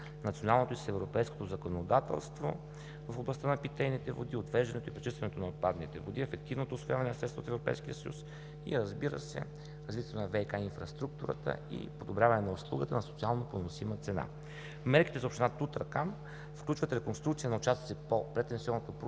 националното и с европейското законодателство в областта на питейните води, отвеждането и пречистването на отпадните води, ефективното усвояване на средства от Европейския съюз и, разбира се, развитието на ВиК инфраструктурата и подобряване на услугата на социално поносима цена. Мерките за община Тутракан включват реконструкция на участъци по прединвестиционното проучване.